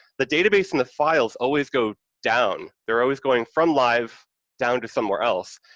the database and the files always go down, they're always going from live down to somewhere else,